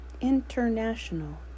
international